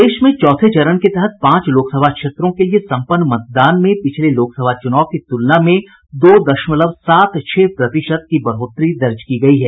प्रदेश में चौथे चरण के तहत पांच लोकसभा क्षेत्रों के लिए सम्पन्न मतदान में पिछले लोकसभा चुनाव की तुलना में दो दशमलव सात छह प्रतिशत बढ़ोतरी दर्ज की गयी है